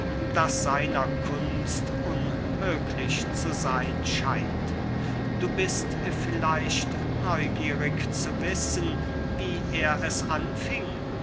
das seiner kunst unmöglich zu seyn scheint du bist vielleicht neugierig zu wissen wie er es anfing